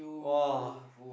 !wah!